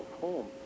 home